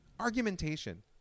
Argumentation